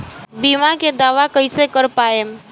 बीमा के दावा कईसे कर पाएम?